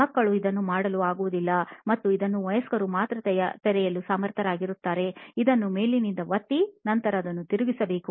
ಮಕ್ಕಳು ಇದನ್ನು ಮಾಡಲು ಆಗುವುದಿಲ್ಲ ಮತ್ತು ಇದನ್ನು ವಯಸ್ಕರು ಮಾತ್ರ ತೆರೆಯಲು ಸಮರ್ಥರಾಗಿದ್ದಾರೆ ಇದನ್ನು ಮೇಲಿನಿಂದ ಒತ್ತಿ ನಂತರ ಅದನ್ನು ತಿರುಗಿಸಬೇಕು